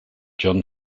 john